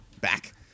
Back